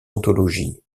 anthologies